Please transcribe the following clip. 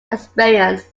experienced